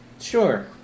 Sure